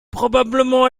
probablement